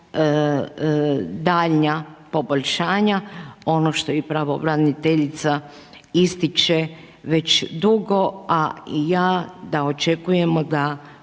daljnja poboljšanja. Ono što je upravo i pravobraniteljica ističe, već dugo, a i ja da očekujemo da